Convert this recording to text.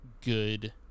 good